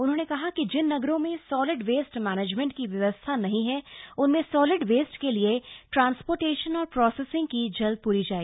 उन्होंने कहा कि जिन नगरों में सॉलिड वेस्ट मैनेजमेंट की व्यवस्था नहीं है उनमें सॉलिड वेस्ट के लिये ट्रांसपोर्टेशन और प्रोसेसिंग की जल्द प्री की जाए